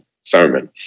sermon